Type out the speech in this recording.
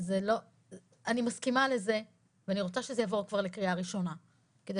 אני מסכימה לזה ואני רוצה שזה יבוא כבר לקריאה ראשונה כדי